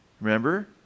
Remember